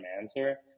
answer